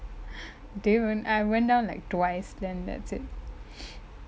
day one I went down like twice then that's it